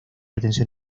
atención